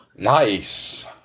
nice